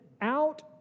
Out